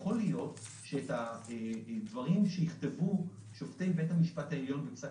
יכול להיות שאת הדברים שיכתבו שופטי בית המשפט העליון בפסק